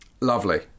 Lovely